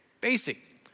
Basic